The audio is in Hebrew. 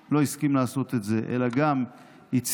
שלא הסכים לעשות את זה אלא גם הציג,